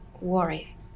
worry